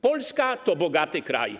Polska to bogaty kraj.